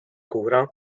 kura